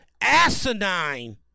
asinine